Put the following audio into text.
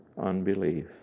unbelief